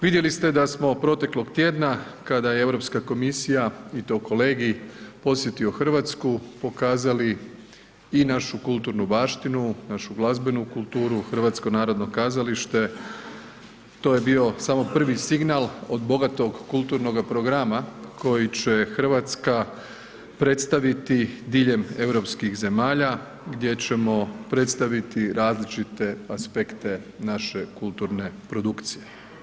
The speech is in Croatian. Vidjeli ste da smo proteklog tjedna kada je Europska komisija i to kolegij posjetio RH, pokazali i našu kulturnu baštinu, našu glazbenu kulturu, HNK, to je bio samo prvi signal od bogatog kulturnoga programa koji će RH predstaviti diljem europskih zemalja gdje ćemo predstaviti različite aspekte naše kulturne produkcije.